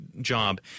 job